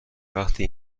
وقتی